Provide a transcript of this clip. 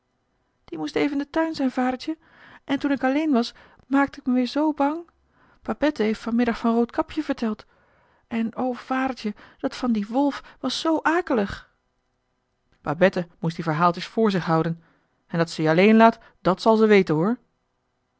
die moest even in den tuin zijn vadertje en toen ik alleen was maakte ik me weer zoo bang babette heeft vanmiddag van roodkapje verteld en o vadertje dat van dien wolf was zoo akelig babette moest die verhaaltjes voor zich houden en dat ze je alleen laat dàt zal ze weten hoor